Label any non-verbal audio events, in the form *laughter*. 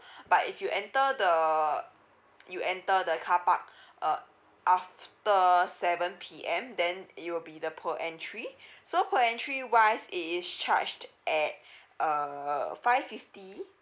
*breath* but if you enter the you enter the car park uh after seven P_M then it will be the per entry so per entry wise is charged at uh five fifty